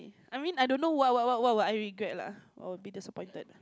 I mean I don't know what what what what would I regret lah or be disappointed